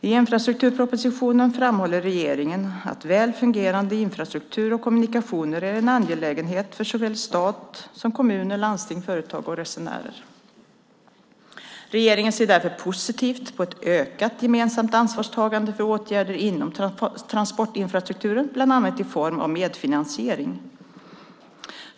I infrastrukturpropositionen framhåller regeringen att väl fungerande infrastruktur och kommunikationer är en angelägenhet för såväl stat som kommuner, landsting, företag och resenärer. Regeringen ser därför positivt på ett ökat gemensamt ansvarstagande för åtgärder inom transportinfrastrukturen bland annat i form av medfinansiering.